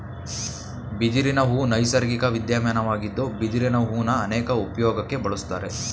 ಬಿದಿರಿನಹೂ ನೈಸರ್ಗಿಕ ವಿದ್ಯಮಾನವಾಗಿದ್ದು ಬಿದಿರು ಹೂನ ಅನೇಕ ಉಪ್ಯೋಗಕ್ಕೆ ಬಳುಸ್ತಾರೆ